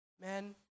men